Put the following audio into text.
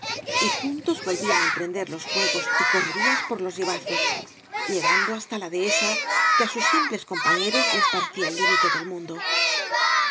y juntos volvían á emprender los juegos y correrías por los ribazos llegando hasta la dehesa que á sus simples compañeros les parecía el límite del mundo